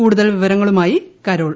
കൂടുതൽ വിശദാശങ്ങളുമായി കരോൾ